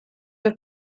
have